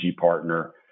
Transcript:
partner